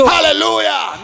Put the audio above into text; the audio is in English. Hallelujah